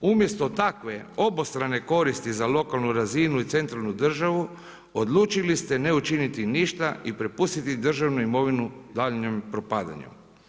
Umjesto takve obostrane koristi za lokalnu razinu i centralnu državu odlučili ste ne učiniti ništa i prepustiti državnu imovinu daljnjem propadanju.